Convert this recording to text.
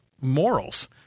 morals